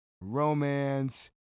romance